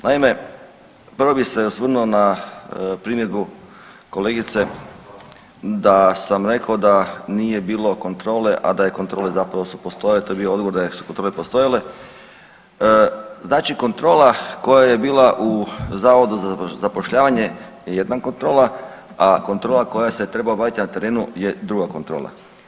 Naime, prvo bi se osvrnuo na primjedbu kolegice da sam rekao da nije bilo kontrole a da je kontrole zapravo su postojalo, to je bio odgovor da su kontrole postojale, znači kontrola koja je bila u Zavodu za zapošljavanje je jedna kontrola a kontrola koja se trebala obaviti na terenu je druga kontrola.